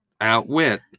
Outwit